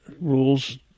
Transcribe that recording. rules